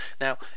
Now